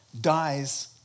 dies